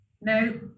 no